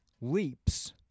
leaps